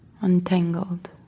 untangled